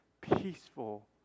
peaceful